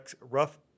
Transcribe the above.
rough